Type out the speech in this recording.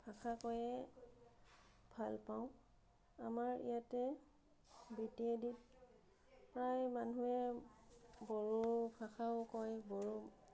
ভাষা কৈয়ে ভালপাওঁ আমাৰ ইয়াতে বি টি এ ডিত প্ৰায় মানুহে বড়ো ভাষাও কয় বড়ো